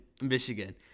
Michigan